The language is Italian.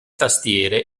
tastiere